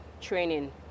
training